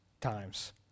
times